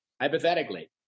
hypothetically